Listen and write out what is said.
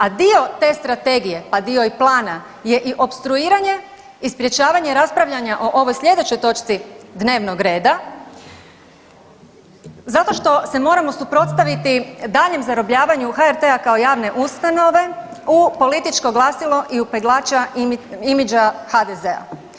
A dio te strategije, pa dio i plana je i opstruiranje i sprječavanje raspravljanja o ovoj slijedećoj točci dnevnog reda zato što se moramo suprotstaviti daljnjem zarobljavanju HRT-a kao javne ustanove u političko glasilo i u peglača imidža HDZ-a.